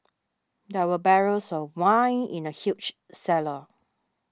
there were barrels of wine in the huge cellar